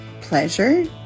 pleasure